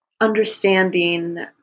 understanding